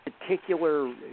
particular